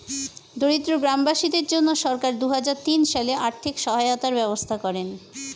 দরিদ্র গ্রামবাসীদের জন্য সরকার দুহাজার তিন সালে আর্থিক সহায়তার ব্যবস্থা করেন